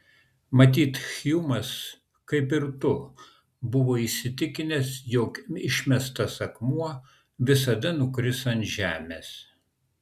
matyt hjumas kaip ir tu buvo įsitikinęs jog išmestas akmuo visada nukris ant žemės